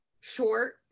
short